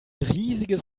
riesiges